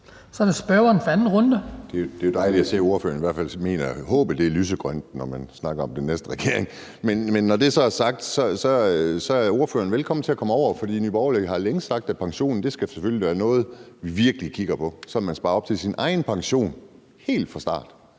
Kim Edberg Andersen (NB): Det er jo dejligt at høre, at ordføreren i hvert fald mener, at håbet er lysegrønt, når man snakker om den næste regering. Men når det så er sagt, er ordføreren velkommen til at komme over til os, for Nye Borgerlige har længe sagt, at pensionen selvfølgelig skal være noget, vi virkelig kigger på, sådan at man sparer op til sin egen pension helt fra starten.